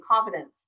confidence